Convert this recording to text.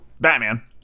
Batman